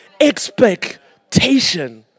expectation